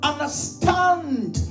understand